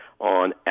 on